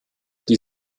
die